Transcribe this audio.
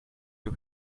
you